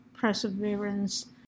perseverance